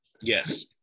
yes